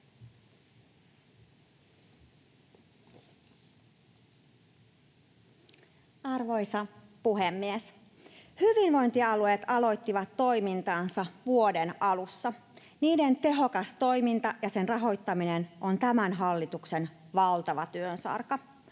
Arvoisa puhemies! Hyvinvointialueet aloittivat toimintansa vuoden alussa. Niiden tehokas toiminta ja rahoittaminen on tämän hallituksen valtava työsarka.